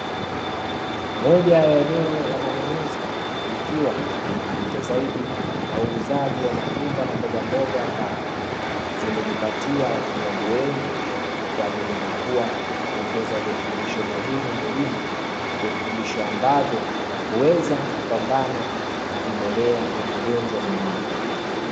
Moja ya eneo la manunuzi likiwa limejikita zaidi na uuzaji wa matunda na mbogamboga ambazo zimejipatia watumiaji wengi kwa kuaminika kuwa huongeza virutubisho muhimu mwilini, virutubisho ambavyo huweza kupambana na vimelea vya magonjwa mwilini.